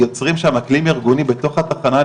יוצרים שם אקלים ארגוני בתוך התחנה,